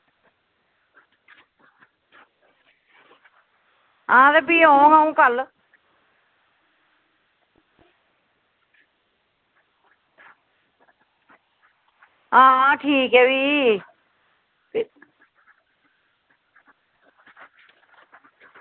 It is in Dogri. हां ते फ्ही औङ अं'ऊ कल्ल हां ठीक ऐ फ्ही